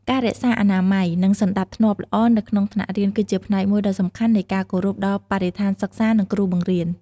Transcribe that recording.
ការរក្សាអនាម័យ និងសណ្ដាប់ធ្នាប់ល្អនៅក្នុងថ្នាក់រៀន គឺជាផ្នែកមួយដ៏សំខាន់នៃការគោរពដល់បរិស្ថានសិក្សា និងគ្រូបង្រៀន។